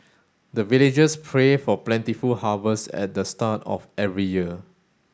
the villagers pray for plentiful harvest at the start of every year